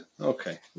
Okay